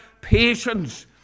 patience